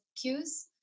cues